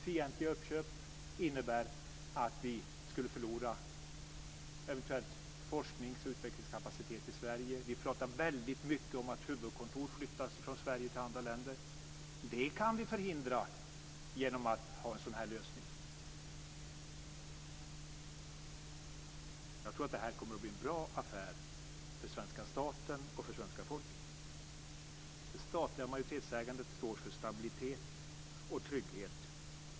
Fientliga uppköp skulle innebära att vi skulle förlora eventuell forsknings och utvecklingskapacitet i Sverige. Vi pratar väldigt mycket om att huvudkontor flyttas från Sverige till andra länder. Det kan vi förhindra genom en sådan här lösning. Jag tror att det här kommer att bli en bra affär för svenska staten och för svenska folket. Det statliga majoritetsägandet står för stabilitet och trygghet.